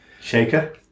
Shaker